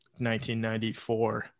1994